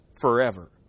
forever